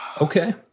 Okay